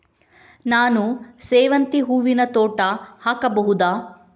ನಾನು ಸೇವಂತಿ ಹೂವಿನ ತೋಟ ಹಾಕಬಹುದಾ?